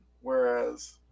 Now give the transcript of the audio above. Whereas